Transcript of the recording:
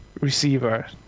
receiver